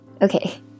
Okay